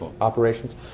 operations